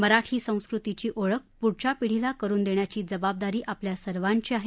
मराठी संस्कृतीची ओळख पुढच्या पिढीला करुन देण्याची जबाबदारी आपल्या सर्वांची आहे